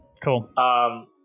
cool